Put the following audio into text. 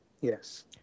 Yes